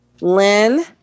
Lynn